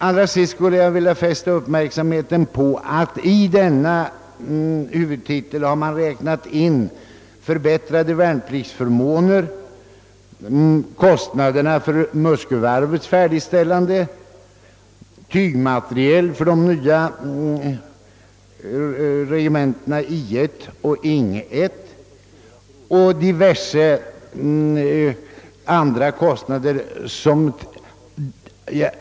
Allra sist i detta sammanhang vill jag fästa uppmärksamheten på att man i denna huvudtitel har räknat in förbättrade värnpliktsförmåner, kostnaderna för Muskövarvets färdigställande och tygmateriel för de nya regementena I 1 och Ing 1.